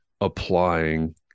applying